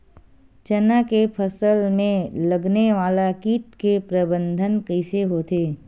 चना के फसल में लगने वाला कीट के प्रबंधन कइसे होथे?